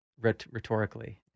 rhetorically